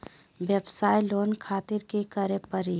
वयवसाय लोन खातिर की करे परी?